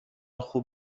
خوب